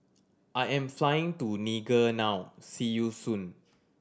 I am flying to Niger now see you soon